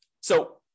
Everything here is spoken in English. So-